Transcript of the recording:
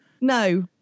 No